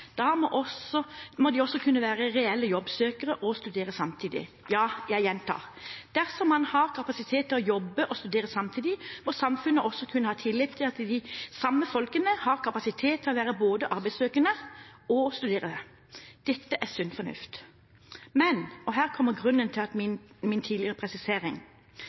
må de også kunne være reelle jobbsøkere og studere samtidig. Ja, jeg gjentar: Dersom man har kapasitet til å jobbe og studere samtidig, må samfunnet også kunne ha tillit til at de samme folkene har kapasitet til å være både arbeidssøkende og studenter. Dette er sunn fornuft. Men – her kommer grunnen til min tidligere presisering